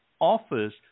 Offers